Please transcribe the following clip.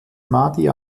mahdi